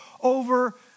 over